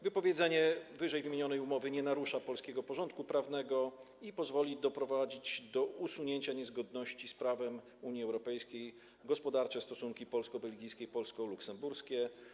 Wypowiedzenie wyżej wymienionej umowy nie narusza polskiego porządku prawnego i pozwoli doprowadzić do usunięcia niezgodności z prawem Unii Europejskiej, jeżeli chodzi o stosunki gospodarcze polsko-belgijskie i polsko-luksemburskie.